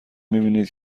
میبینید